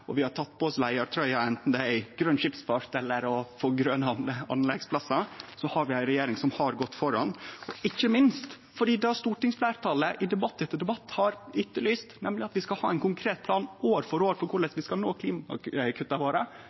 og vi har teke på oss leiartrøya anten det er innan grøn skipsfart eller å få grøne anleggsplassar, har vi ei regjering som har gått føre – ikkje minst fordi vi har fått det stortingsfleirtalet i debatt etter debatt har etterlyst, nemleg at vi skal ha ein konkret plan, år for år, for korleis vi skal nå